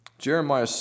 Jeremiah